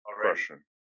Question